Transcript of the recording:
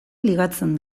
ligatzen